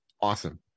awesome